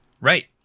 Right